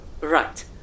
Right